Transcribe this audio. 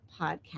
podcast